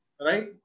right